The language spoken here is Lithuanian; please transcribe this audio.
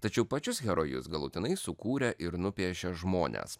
tačiau pačius herojus galutinai sukūrė ir nupiešė žmonės